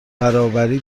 نابرابری